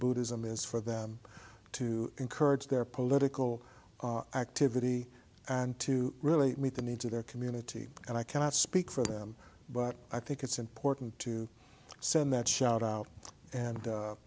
buddhism is for them to encourage their political activity and to really meet the needs of their community and i cannot speak for them but i think it's important to send that shout out and